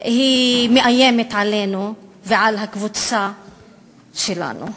מאיימת עלינו ועל הקבוצה שלנו.